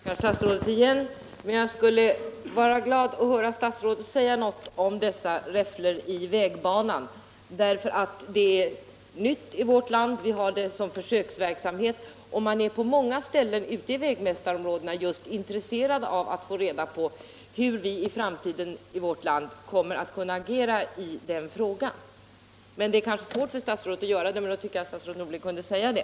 Herr talman! Jag tackar statsrådet igen, men jag skulle bli glad att få höra statsrådet säga något om de nämnda räfflorna i vägbanan. Det är nytt i vårt land. Vi har det som försöksverksamhet, och man är på många ställen ute i vägmästarområdena intresserad av att få reda på hur vi i vårt land kommer att kunna agera i den frågan. Det kanske är svårt för statsrådet att svara här, men då tycker jag att statsrådet Norling kunde säga det.